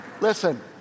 listen